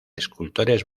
escultores